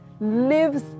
lives